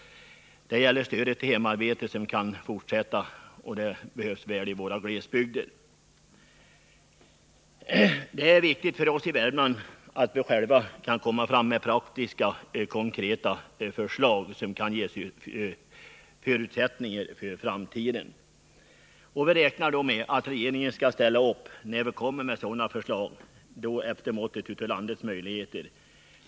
Den gäller stödet till hemarbeten, vilka behövs väl i våra glesbygder. Det är viktigt för oss i Värmland att vi själva kan komma fram med praktiska och konkreta förslag som kan ge förutsättningar för framtiden. Vi räknar då med att regeringen skall ställa upp när vi kommer med sådana förslag, allt efter måttet av landets möjligheter.